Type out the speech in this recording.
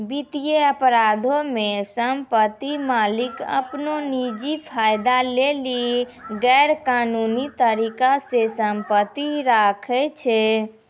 वित्तीय अपराधो मे सम्पति मालिक अपनो निजी फायदा लेली गैरकानूनी तरिका से सम्पति राखै छै